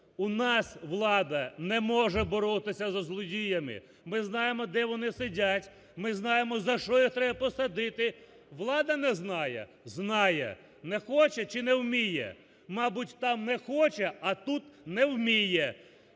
У нас влада не може боротися зі злодіями. Ми знаємо, де вони сидять; ми знаємо, за що їх треба посадити. Влада не знає? Знає. Не хоче чи не вміє? Мабуть, там не хоче, а тут не вміє.